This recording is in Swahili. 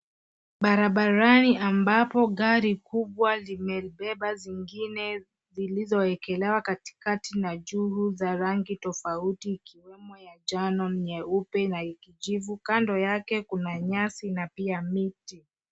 Barabarani ambapo gari kubwa limebeba zingine zilizoekelewa katikati na juu za rangi tofauti ikiwemo ya njano, nyeupe na kijivu. Kando yake kuna nyasi na pia miti.